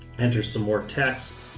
enter some more texts.